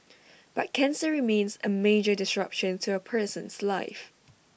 but cancer remains A major disruption to A person's life